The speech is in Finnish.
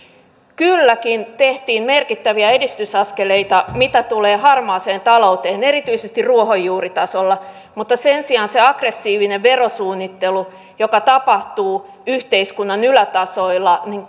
kylläkin tehtiin merkittäviä edistysaskeleita mitä tulee harmaaseen talouteen erityisesti ruohonjuuritasolla mutta sen sijaan se aggressiivinen verosuunnittelu joka tapahtuu yhteiskunnan ylätasoilla